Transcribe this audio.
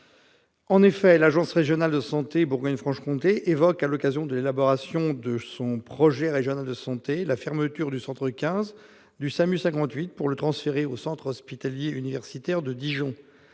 En effet, l'agence régionale de santé de Bourgogne-Franche-Comté évoque, à l'occasion de l'élaboration de son projet régional de santé, la fermeture du centre 15 du SAMU 58 pour le transférer au centre hospitalier universitaire de Dijon.